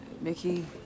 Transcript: Mickey